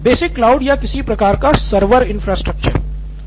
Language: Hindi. नितिन कुरियन बेसिक क्लाउड या किसी प्रकार का सर्वर इन्फ्रास्ट्रक्चर